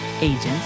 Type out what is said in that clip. agents